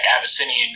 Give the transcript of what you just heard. Abyssinian